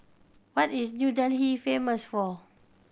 what is New Delhi famous for